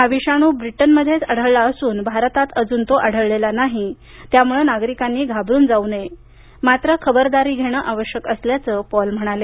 हा विषाणू ब्रिटनमध्येच आढळला असून भारतात अजून तो आढळलेला नाही त्यामुळे नागरिकांनी घाबरून जाऊ नये मात्र खबरदारी घेण आवश्यक असल्याचं पॉल म्हणाले